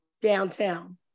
downtown